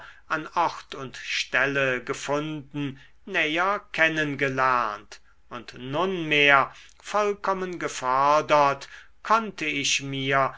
an ort und stelle gefunden näher kennen gelernt und nunmehr vollkommen gefördert konnte ich mir